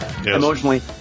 emotionally